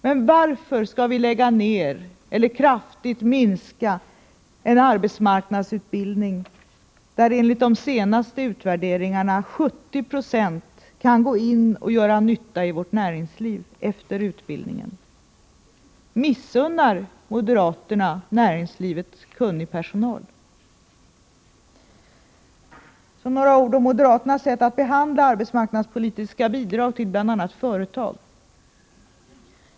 Men varför skall vi lägga ned eller kraftigt minska en arbetsmarknadsutbildning där enligt de senaste utvärderingarna 70 90 kan gå in och göra nytta i vårt näringsliv efter utbildningen? Missunnar moderaterna näringslivet yrkeskunnig personal? Så några ord om moderaternas sätt att behandla arbetsmarknadspolitiska bidrag till bl.a. företag.